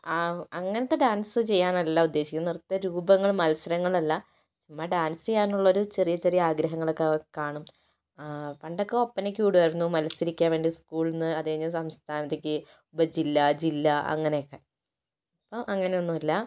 അങ്ങനത്തെ ഡാൻസ് ചെയ്യാനല്ല ഉദ്ദേശിക്കുന്നത് നൃത്തരൂപങ്ങൾ മത്സരങ്ങളല്ല ചുമ്മ ഡാൻസ് ചെയ്യാനുള്ള ഒരു ചെറിയ ചെറിയ ആഗ്രഹങ്ങളൊക്കെ കാണും പണ്ടൊക്കെ ഒപ്പനക്ക് വിടുമായിരുന്നു മത്സരിക്കാൻ വേണ്ടി സ്കൂളിൽ നിന്ന് അത് കഴിഞ്ഞാൽ സംസ്ഥാനത്തേക്ക് ഉപജില്ല ജില്ല അങ്ങനെ ഒക്കെ ഇപ്പം അങ്ങനെ ഒന്നും ഇല്ല